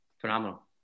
Phenomenal